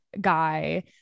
guy